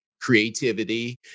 creativity